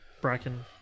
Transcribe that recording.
Bracken